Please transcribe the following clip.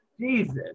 Jesus